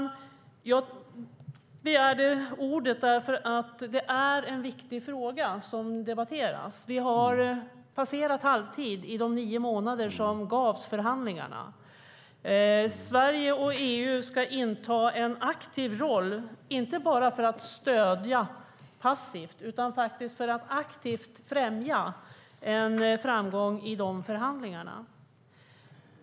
Jag begärde ordet för att det är viktig fråga som debatteras. Vi har passerat halvtid av de nio månader som förhandlingarna gavs. Sverige och EU ska inta en aktiv roll, inte bara för att passivt stödja utan för att aktivt främja en framgång i förhandlingarna.